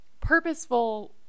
purposeful